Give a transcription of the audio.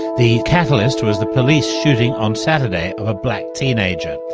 the catalyst was the police shooting on saturday of a black teenager.